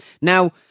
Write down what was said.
Now